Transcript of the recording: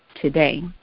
today